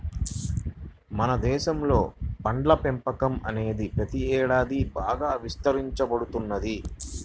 మన దేశంలో పండ్ల పెంపకం అనేది ప్రతి ఏడాది బాగా విస్తరించబడుతున్నది